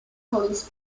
police